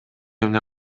эмне